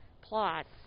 plots